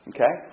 Okay